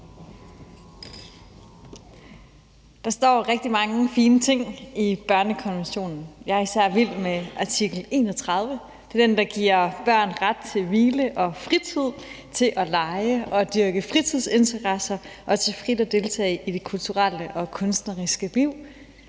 Der står rigtig mange fine ting i børnekonventionen. Jeg er især vild med artikel 31. Det er den, der giver børn ret til hvile og fritid, til at lege og dyrke fritidsinteresser og til frit at deltage i det kulturelle og kunstneriske liv.